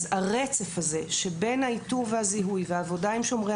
הרצף הזה שבין האיתור והזיהוי והעבודה עם שומרי